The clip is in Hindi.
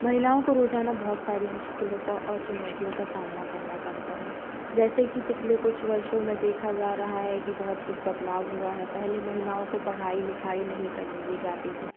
महिलाओं को रोजाना बहुत सारी मुश्किलों का और चुनौतियों का सामना करना पड़ता है जैसे कि पिछले कुछ वर्षों में देखा जा रहा है कि बहुत कुछ बदलाव हुआ है पहले महिलाओं को पढ़ाई लिखाई नहीं करने दी जाती थी